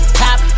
top